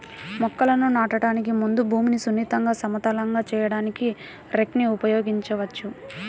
మొక్కలను నాటడానికి ముందు భూమిని సున్నితంగా, సమతలంగా చేయడానికి రేక్ ని ఉపయోగించవచ్చు